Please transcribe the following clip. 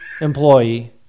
employee